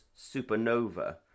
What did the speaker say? supernova